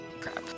crap